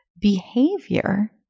behavior